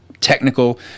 Technical